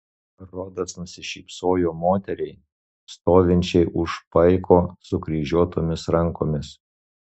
rodas nusišypsojo moteriai stovinčiai už paiko sukryžiuotomis rankomis